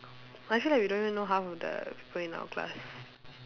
I feel like we don't even know half of the people in our class